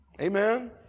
Amen